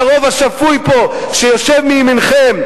לרוב השפוי פה שיושב מימינכם,